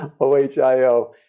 O-H-I-O